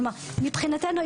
מבחינתנו,